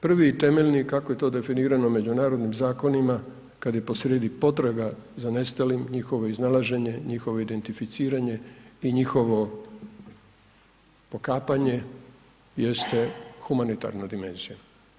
Prvi i temeljni kako je to definirano međunarodnim zakonima kad je po srijedi potraga za nestalim, njihovo iznalaženje, njihovo identificiranje i njihovo pokapanje jeste humanitarna dimenzija.